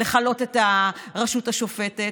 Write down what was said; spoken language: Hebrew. לכלות את הרשות השופטת,